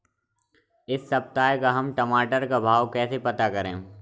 इस सप्ताह का हम टमाटर का भाव कैसे पता करें?